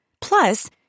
Plus